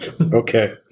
Okay